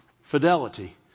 Fidelity